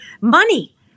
money